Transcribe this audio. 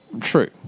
True